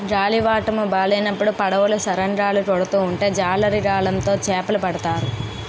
గాలివాటము బాలేనప్పుడు పడవలు సరంగులు కొడుతూ ఉంటే జాలరి గాలం తో చేపలు పడతాడు